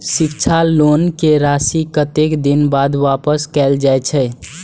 शिक्षा लोन के राशी कतेक दिन बाद वापस कायल जाय छै?